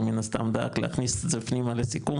הוא מן הסתם דאג להכניס את זה פנימה לסיכום,